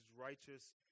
righteous